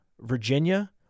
Virginia